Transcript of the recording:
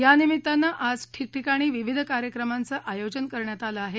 यानिमित्तानं आज ठिकठिकाणी विविध कार्यक्रमांचं आयोजन करण्यात आलं आहे